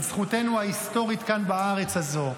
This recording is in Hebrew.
את זכותנו ההיסטורית כאן בארץ הזו,